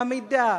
בעמידה,